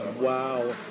Wow